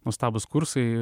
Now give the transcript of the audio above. nuostabūs kursai